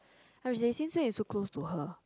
then she say since when you close to her